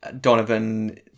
Donovan